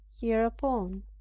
hereupon